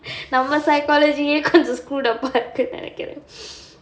நம்ப:namba psychology யே கொஞ்சோ:yae konjo screwed apart நினைக்குறninaikkura